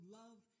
love